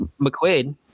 McQuaid